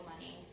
money